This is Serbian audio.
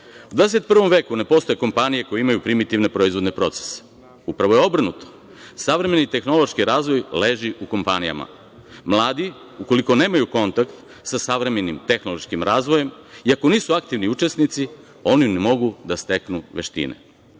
21. veku ne postoje kompanije koje imaju primitivne proizvodne procese. Upravo je obrnuto. Savremeni tehnološki razvoj leži u kompanijama. Mladi, ukoliko nemaju kontakt sa savremenim tehnološkim razvojem i ako nisu aktivni učesnici, oni ne mogu da steknu veštine. Grad